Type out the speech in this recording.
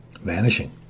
Vanishing